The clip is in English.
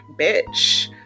bitch